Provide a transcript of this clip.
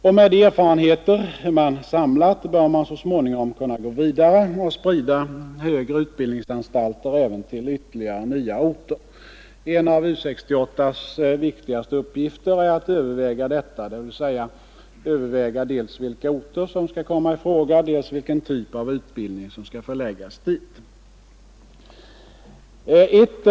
Med de erfarenheter man samlat bör man så småningom kunna gå vidare och sprida högre utbildningsanstalter även till ytterligare nya orter. En av U 68:s viktigaste uppgifter är att överväga detta, dvs. dels vilka orter som skall komma i fråga, dels vilka typer av utbildning som skall förläggas till respektive orter.